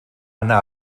anar